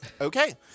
Okay